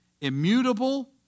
immutable